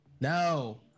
No